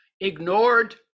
ignored